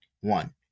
One